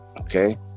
okay